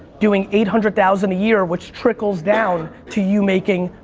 doing eight hundred thousand a year, which trickles down to you making,